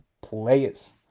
players